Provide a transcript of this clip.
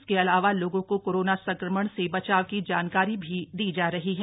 इसके अलावा लोगों को कोरोना संक्रमण से बचाव की जानकारी भी दी जा रही है